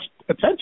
attention